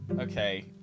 Okay